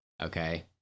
Okay